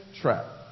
trap